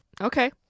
Okay